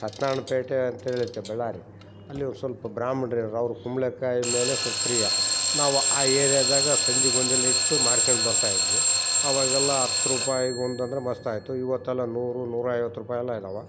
ಸತ್ನಾರ್ಣ ಪೇಟೆ ಅಂತೇಳಿ ಐತೆ ಬಳ್ಳಾರಿ ಅಲ್ಲಿ ಸ್ವಲ್ಪ ಬ್ರಾಹ್ಮಣ್ರು ಇರೋದ್ ಅವರು ಕುಂಬ್ಳಕಾಯಿ ಮೇಲೆ ಸ್ವಲ್ಪ್ ಪ್ರಿಯ ನಾವು ಆ ಏರ್ಯದಾಗ ಸಂದಿ ಗುಂದೀಲಿಟ್ಟು ಮಾರ್ಕೊಂಡ್ ಬರ್ತಾಯಿದ್ವಿ ಅವಾಗೆಲ್ಲ ಹತ್ತು ರುಪಾಯ್ಗೆ ಒಂದು ಅಂದರೆ ಮಸ್ತಾಯಿತು ಇವತ್ತೆಲ್ಲ ನೂರು ನೂರೈವತ್ತು ರೂಪಾಯ್ ಅಲ್ಲ ಇದಾವ